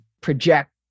project